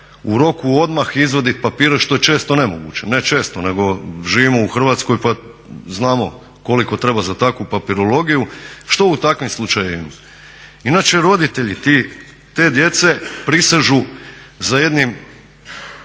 u roku odmah izvadit papire što je često nemoguće, ne često nego živimo u Hrvatskoj pa znamo koliko treba za takvu papirologiju. Što u takvim slučajevima? Inače roditelji te djece prisežu za jednim